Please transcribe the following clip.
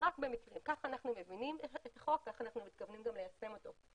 כך אנחנו מבינים את החוק וכך אנחנו מתכוונים ליישם אותו.